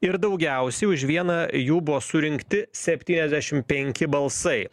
ir daugiausiai už vieną jų buvo surinkti septyniasdešimt penki balsai